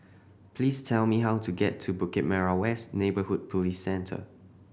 please tell me how to get to Bukit Merah West Neighbourhood Police Centre